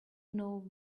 know